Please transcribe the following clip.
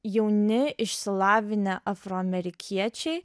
jauni išsilavinę afroamerikiečiai